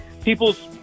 people's